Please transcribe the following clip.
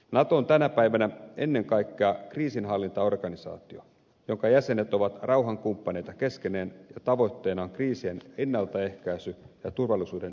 nato on tänä päivänä ennen kaikkea kriisinhallintaorganisaatio jonka jäsenet ovat rauhankumppaneita keskenään ja tavoitteena on kriisien ennaltaehkäisy ja turvallisuuden ylläpitäminen